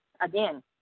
again